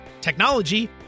technology